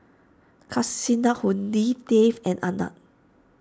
Kasinadhuni Dev and Anand